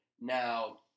Now –